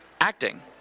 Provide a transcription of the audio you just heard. acting